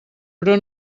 però